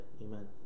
amen